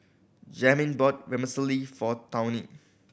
Jamin bought Vermicelli for Tawny